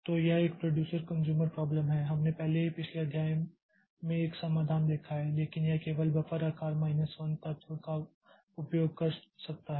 तो यह एक प्रोड्यूसर कन्ज़्यूमर प्राब्लम है हमने पहले ही पिछले अध्याय में एक समाधान देखा है लेकिन यह केवल बफर आकार माइनस 1 तत्व का उपयोग कर सकता है